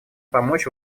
помочь